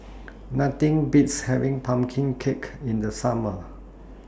Nothing Beats having Pumpkin Cake in The Summer